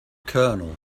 colonel